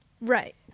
Right